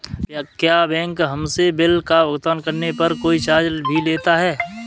क्या बैंक हमसे बिल का भुगतान करने पर कोई चार्ज भी लेता है?